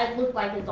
looked like